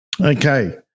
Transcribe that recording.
Okay